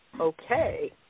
Okay